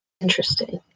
Interesting